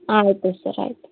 ಹಾಂ ಆಯಿತು ಸರ್ ಆಯಿತು